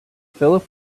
philip